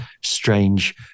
strange